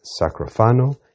Sacrofano